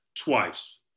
twice